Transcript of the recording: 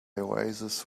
oasis